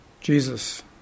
Jesus